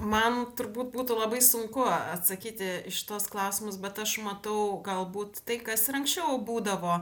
man turbūt būtų labai sunku atsakyti į šituos klausimus bet aš matau galbūt tai kas ir anksčiau būdavo